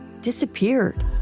disappeared